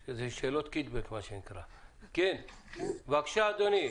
בבקשה, אדוני.